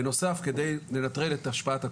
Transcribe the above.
בנוסף, כדי לנטרל את השפעת הקורונה,